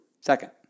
Second